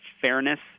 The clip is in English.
fairness